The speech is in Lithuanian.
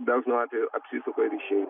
dažnu atveju apsisuka ir išeina